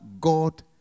God